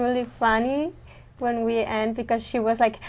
really funny when we end because she was like